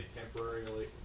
temporarily